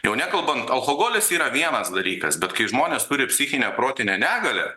jau nekalbant alkoholis yra vienas dalykas bet kai žmonės turi psichinę protinę negalią